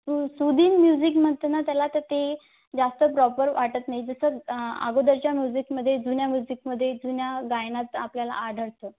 सू soothing music म्हणतो ना त्याला तर ते जास्त प्रॉपर वाटत नाही जसं अगोदरच्या म्यूझिकमध्ये जुन्या म्यूझिकमध्ये जुन्या गायनात आपल्याला आढळतं